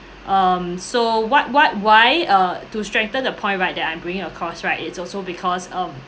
um so what what why err to strengthen the point right that I'm doing the course right it's also because um